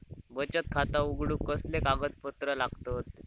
बचत खाता उघडूक कसले कागदपत्र लागतत?